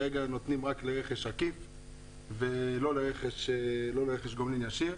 כרגע נותנים רק לרכש עקיף ולא לרכש גומלין ישיר.